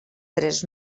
tres